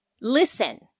listen